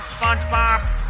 Spongebob